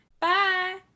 Bye